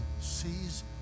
sees